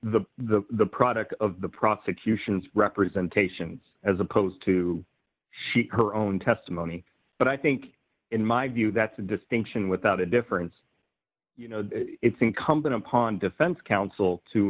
the the the product of the prosecution's representation as opposed to her own testimony but i think in my view that's a distinction without a difference it's incumbent upon defense counsel to